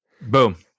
Boom